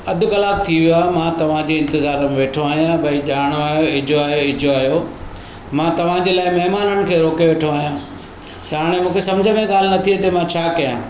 अधु कलाक थी वियो आहे मां तव्हांजे इंतिज़ार में वेठो आहियां भई ॼाण आहिया इजो आहियो इजो आहियो मां तव्हांजे लाइ महिमाननि खे रोके वेठो आहियां हाणे मूंखे समुझ में ॻाल्हि नथी अचे मां छा कया